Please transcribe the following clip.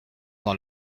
dans